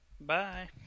Bye